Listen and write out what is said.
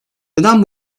neden